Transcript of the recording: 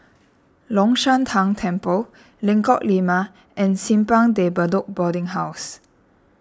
Long Shan Tang Temple Lengkok Lima and Simpang De Bedok Boarding House